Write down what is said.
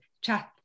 chat